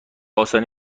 آسانی